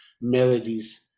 melodies